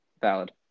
Valid